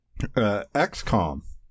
XCOM